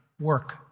work